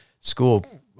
school